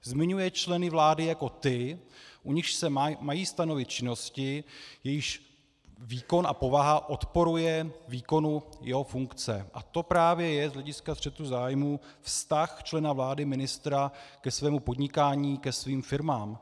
Zmiňuje členy vlády jako ty, u nichž se mají stanovit činnosti, jejichž výkon a povaha odporuje výkonu jeho funkce, a to právě je z hlediska střetu zájmů vztah člena vlády ministra ke svému podnikání, ke svým firmám.